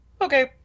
Okay